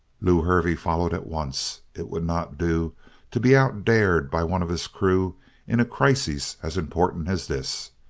lew hervey followed at once. it would not do to be out-dared by one of his crew in a crisis as important as this.